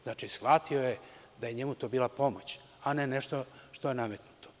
Znači, shvatio je da je njemu to bila pomoć, a ne nešto što je nametnuto.